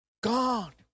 God